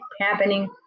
happening